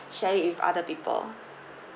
share with other people